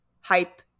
hype